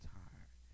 tired